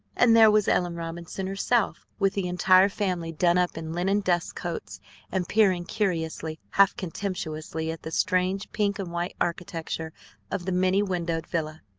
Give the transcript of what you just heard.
and there was ellen robinson herself, with the entire family done up in linen dust-coats and peering curiously, half contemptuously, at the strange pink-and-white architecture of the many-windowed villa.